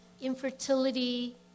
infertility